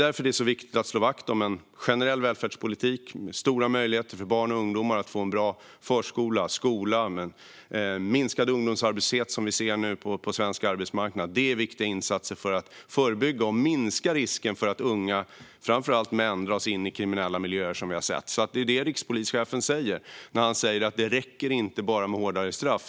Därför är det viktigt att slå vakt om en generell välfärdspolitik, en bra förskola och skola för barn och ungdomar och minskad ungdomsarbetslöshet, vilket vi nu ser på svensk arbetsmarknad. Det är viktiga insatser för att förebygga och minska risken att unga, framför allt män, dras in i kriminella miljöer. Det är detta rikspolischefen menar när han säger att hårdare straff inte räcker.